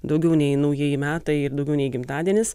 daugiau nei naujieji metai ir daugiau nei gimtadienis